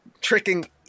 tricking